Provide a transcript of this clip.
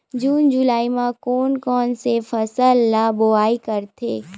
जून जुलाई म कोन कौन से फसल ल बोआई करथे?